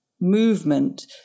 movement